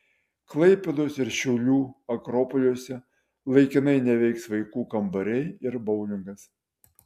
klaipėdos ir šiaulių akropoliuose laikinai neveiks vaikų kambariai ir boulingas